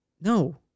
No